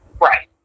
Right